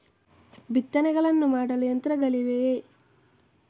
ಬಿತ್ತನೆಯನ್ನು ಮಾಡಲು ಯಂತ್ರಗಳಿವೆಯೇ?